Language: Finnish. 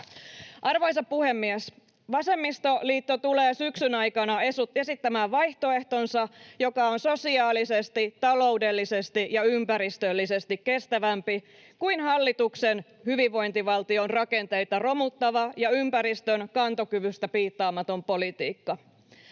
Arvoisa puhemies! Vasemmistoliitto tulee syksyn aikana esittämään vaihtoehtonsa, joka on sosiaalisesti, taloudellisesti ja ympäristöllisesti kestävämpi kuin hallituksen hyvinvointivaltion rakenteita romuttava ja ympäristön kantokyvystä piittaamaton politiikka.